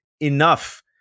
enough